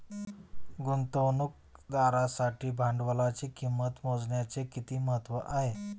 गुंतवणुकदारासाठी भांडवलाची किंमत मोजण्याचे किती महत्त्व आहे?